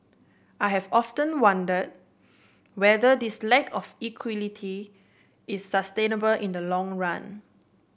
I have often wonder whether this lack of equality is sustainable in the long run